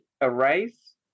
erase